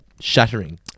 Shattering